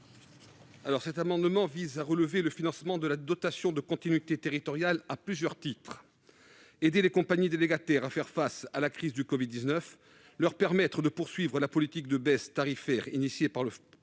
Cet amendement vise à relever le financement de la dotation de continuité territoriale à plusieurs titres : aider les compagnies délégataires à faire face à la crise du covid-19, leur permettre de poursuivre la politique de baisse tarifaire initiée pour le fret